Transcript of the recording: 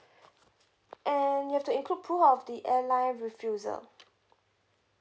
and you have to include proof of the airline refusal